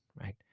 right